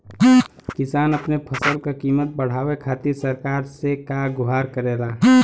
किसान अपने फसल क कीमत बढ़ावे खातिर सरकार से का गुहार करेला?